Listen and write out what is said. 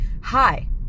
hi